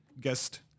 guest